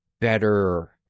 better